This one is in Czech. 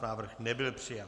Návrh nebyl přijat.